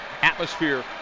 atmosphere